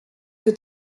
que